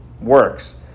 works